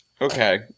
okay